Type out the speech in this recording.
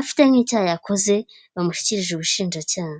afite nk'icyaha yakoze, bamushyikirije ubushinjacyaha.